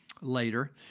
later